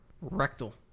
Rectal